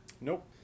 Nope